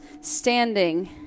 standing